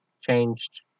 changed